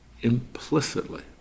implicitly